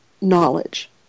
knowledge